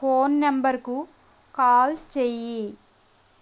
phone నంబర్కు call చెయ్యి